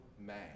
man